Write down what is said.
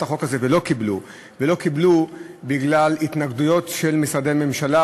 החוק הזאת ולא קיבלו בגלל התנגדויות של משרדי ממשלה,